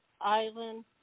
island